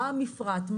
מה המפרט,